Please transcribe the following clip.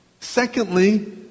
Secondly